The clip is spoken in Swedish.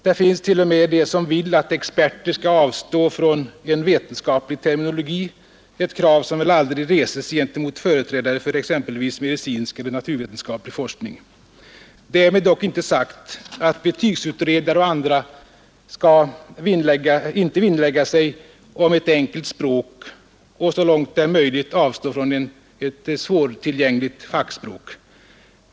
Det finns 1.0. m, de som vill att experter skall avstå fran en vetenskaplig terminologi, ett krav som väl aldrig reses gentemot företrädare för exempelvis medicinsk eller naturvetenskaplig forskning. Därmed är dock inte sagt att betygsutredare och andra inte skall vinnlägga sig om ett enkelt språk och så langt det är möjligt avsta från ett svärtillgängligt fackspråk.